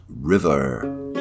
River